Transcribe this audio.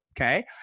okay